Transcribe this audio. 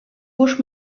gauche